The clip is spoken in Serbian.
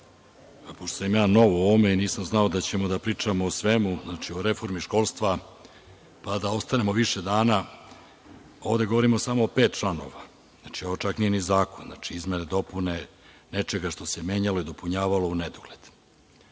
Pošto sam ja nov u ovome i nisam znao da ćemo da pričamo o svemu, znači o reformi školstva pa da ostanemo više dana. Ovde govorimo o pet članova. Znači, ovo čak nije ni zakon. Znači, izmene i dopune nečega što se menjalo i dopunjavalo u nedogled.